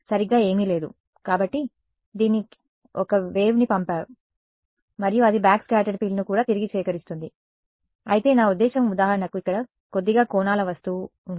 సరిగ్గా ఏమీ లేదు కాబట్టి అది ఒక వేవ్ని పంపింది మరియు అది బ్యాక్స్కాటర్డ్ ఫీల్డ్ను కూడా తిరిగి సేకరిస్తుంది అయితే నా ఉద్దేశ్యం ఉదాహరణకు ఇక్కడ కొద్దిగా కోణాల వస్తువు ఉంటే